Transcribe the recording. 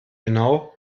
genau